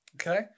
Okay